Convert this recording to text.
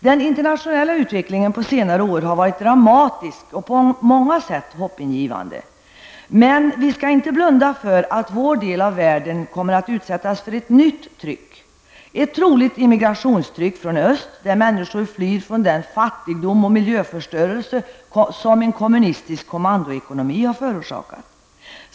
Den internationella utvecklingen på senare år har varit dramatisk och på många sätt hoppingivande. Men vi skall inte blunda för att vår del av världen kommer att utsättas för att nytt tryck, ett troligt immigrationstryck från öst där människor flyr från den fattigdom och miljöförstöring som en kommunistisk kommandoekonomi har förorsakat.